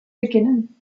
beginnen